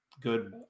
good